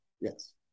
Yes